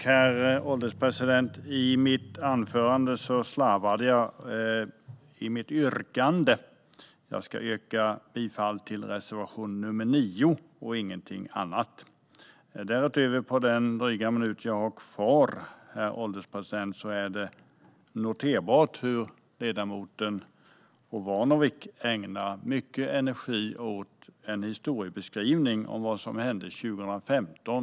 Herr ålderspresident! Under mitt anförande slarvade jag med mitt yrkande. Jag yrkar bifall till reservation nr 9 och ingenting annat. Jag noterar att ledamoten Omanovic ägnar mycket energi åt en historieskrivning av vad som hände 2015.